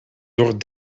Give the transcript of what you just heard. door